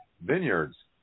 Vineyards